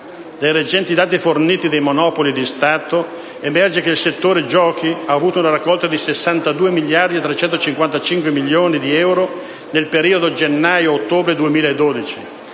Dai recenti dati forniti dai Monopoli di Stato emerge che il settore giochi ha avuto una raccolta di 62.355 milioni di euro nel periodo gennaio-ottobre 2012,